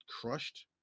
crushed